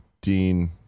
Dean